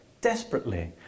desperately